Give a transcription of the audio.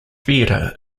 theatre